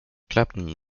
clapton